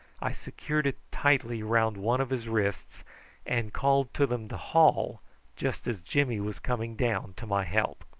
i secured it tightly round one of his wrists and called to them to haul just as jimmy was coming down to my help.